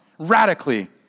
radically